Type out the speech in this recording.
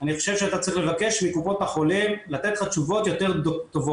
אני חושב ש אתה צריך לבקש מקופות החולים לתת לך תשובות יותר טובות.